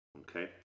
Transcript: Okay